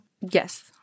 Yes